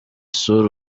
isura